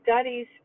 studies